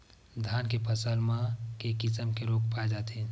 धान के फसल म के किसम के रोग पाय जाथे?